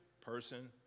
person